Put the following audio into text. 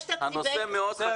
הנושא מאוד חשוב.